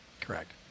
Correct